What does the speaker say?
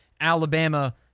Alabama